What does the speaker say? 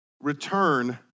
return